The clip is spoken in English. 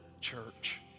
church